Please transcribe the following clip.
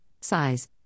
Size